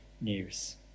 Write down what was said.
news